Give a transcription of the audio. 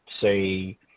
say